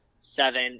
seven